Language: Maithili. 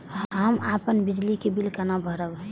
हम अपन बिजली के बिल केना भरब?